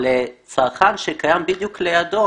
אבל לצרכן שקיים בדיוק לידו,